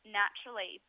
naturally